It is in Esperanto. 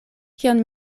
kion